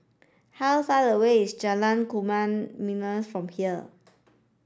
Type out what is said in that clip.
how far away is Jalan Kayu Manis from here